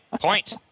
Point